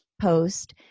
post